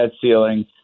ceiling